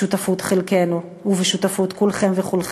בשותפות חלקנו ובשותפות כולכם וכולכן,